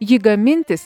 jį gamintis